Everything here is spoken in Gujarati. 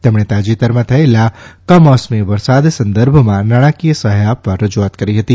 તેમણે તાજેતરમાં થયેલા કમોસમી વરસાદ સંદર્ભમાં નાણાકીય સહાય આપવા રજૂઆત કરી હતી